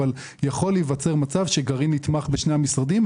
אבל יכול להיווצר מצב שגרעין נתמך בשני המשרדים.